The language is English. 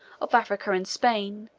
of africa and spain,